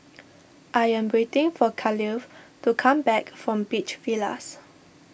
I am waiting for Khalil to come back from Beach Villas